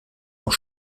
auch